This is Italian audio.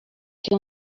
che